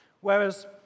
Whereas